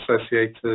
associated